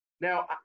Now